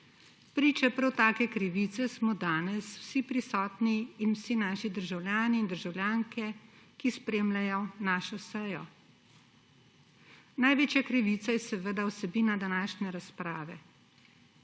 Priče prav taki krivici smo danes vsi prisotni in vsi naši državljani in državljanke, ki spremljajo našo sejo. Največja krivica je seveda vsebina današnje razprave.